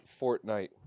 Fortnite